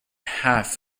half